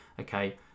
okay